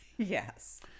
Yes